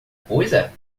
coisa